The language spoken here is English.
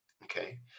Okay